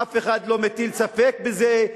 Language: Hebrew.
אף אחד לא מטיל ספק בזה.